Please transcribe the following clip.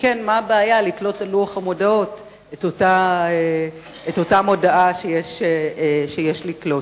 שכן מה הבעיה לתלות על לוח המודעות את אותה מודעה שיש לתלות?